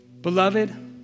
Beloved